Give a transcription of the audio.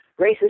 racist